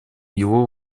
его